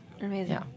amazing